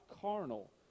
carnal